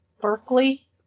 Berkeley